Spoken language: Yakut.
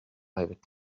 эбит